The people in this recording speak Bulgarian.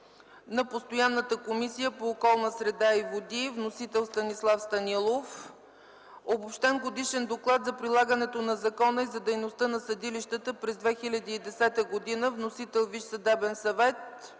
на постоянната Комисия по околната среда и водите. Вносител: Станислав Станилов. Обобщен годишен доклад за прилагането на закона и за дейността на съдилищата през 2010 г. Вносител: Висшият съдебен съвет.